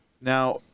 now